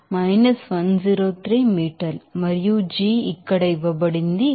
- 103 మీటర్లు మరియు g ఇక్కడ ఇవ్వబడింది సెకనుకు 9